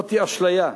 זאת אשליה,